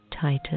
title